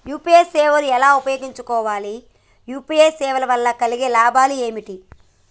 UPI సేవను ఎలా ఉపయోగించు కోవాలి? యూ.పీ.ఐ సేవల వల్ల కలిగే లాభాలు ఏమిటి?